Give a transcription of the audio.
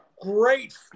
Great